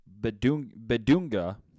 Bedunga